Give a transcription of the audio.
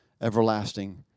everlasting